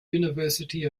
university